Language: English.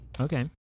Okay